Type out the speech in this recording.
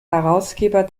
herausgeber